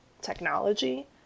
technology